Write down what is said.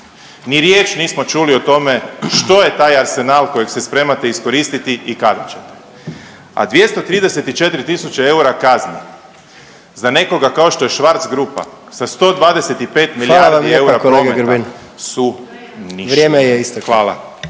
Ni riječ nismo čuli o tome što je taj arsenal kojeg se spremate iskoristiti i kada ćete, a 234 tisuće eura kazni za nekoga kao što je Schwarz grupa sa 125 milijardi eura .../Upadica: Hvala